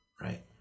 right